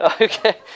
okay